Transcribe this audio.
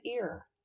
ear